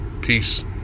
Peace